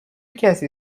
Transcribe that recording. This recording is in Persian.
کسی